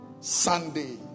Sunday